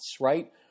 right